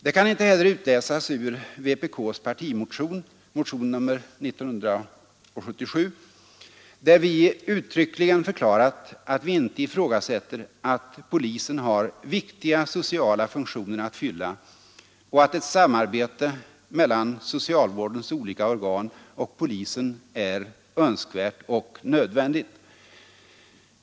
Det kan inte heller utläsas ur vpk:s partimotion 1977, där vi uttryckligen förklarat att vi inte ifrågasätter att ”polisen har viktiga sociala funktioner att fylla och att ett samarbete mellan socialvårdens olika organ och polisen är önskvärt och nödvändigt”.